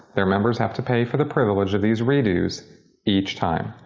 their members have to pay for the privilege of these redos each time.